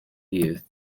youth